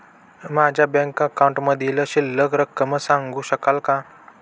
माझ्या बँक अकाउंटमधील शिल्लक रक्कम सांगू शकाल का?